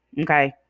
okay